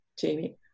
Jamie